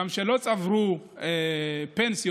שלא צברו פנסיות,